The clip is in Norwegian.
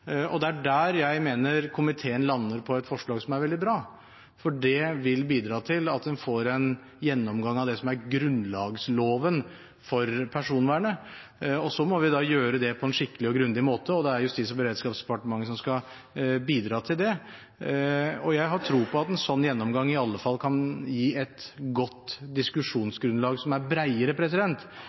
Det er der jeg mener komiteen lander på et forslag som er veldig bra, for det vil bidra til at en får en gjennomgang av det som er grunnlagsloven for personvernet. Så må vi da gjøre det på en skikkelig og grundig måte, og det er Justis- og beredskapsdepartementet som skal bidra til det. Jeg har tro på at en sånn gjennomgang i alle fall kan gi et godt diskusjonsgrunnlag som er